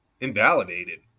invalidated